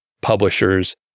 publishers